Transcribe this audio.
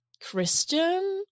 christian